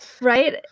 Right